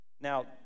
now